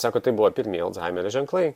sako tai buvo pirmieji alzhaimerio ženklai